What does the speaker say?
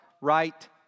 Right